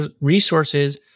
resources